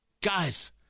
guys